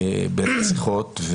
ברציחות.